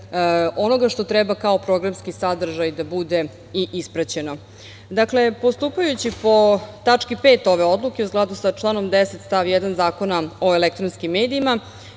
onoga što treba kao programski sadržaj da bude i ispraćeno. Dakle, postupajući po tački 5. ove odluke u skladu sa članom 10. stav 1. Zakona o elektronskim medijima,